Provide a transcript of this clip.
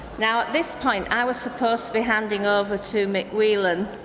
now, at this point, i was supposed to be handing over to mick wheelan